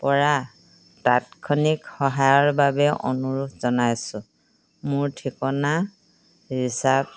পৰা তাৎক্ষণিক সহায়ৰ বাবে অনুৰোধ জনাইছো মোৰ ঠিকনা ৰিজাৰ্ভ